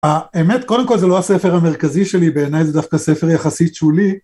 האמת, קודם כל זה לא הספר המרכזי שלי, בעיניי זה דווקא ספר יחסית שולי.